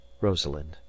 Rosalind